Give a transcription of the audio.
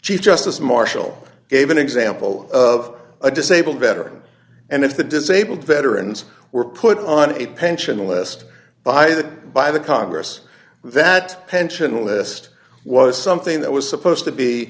chief justice marshall gave an example of a disabled veteran and if the disabled veterans were put on a pension list by the by the congress that pension list was something that was supposed to be